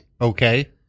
Okay